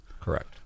correct